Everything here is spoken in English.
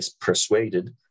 persuaded